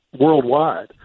worldwide